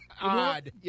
Odd